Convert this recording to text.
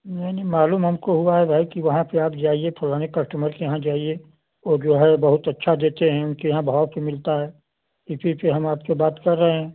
नहीं नहीं मालूम हमको हुआ है भाई कि वहाँ पर आप जाइए पुराने कस्टमर के यहाँ जाइए वो जो है बहुत अच्छा देते हैं उनके यहाँ बहुत ही मिलता है इसी से हम आपसे बात कर रहे हैं